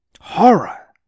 Horror